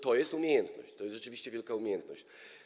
To jest umiejętność, to jest rzeczywiście wielka umiejętność.